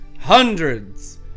hundreds